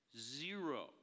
zero